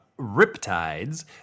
Riptides